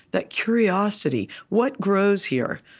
that curiosity what grows here?